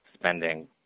spending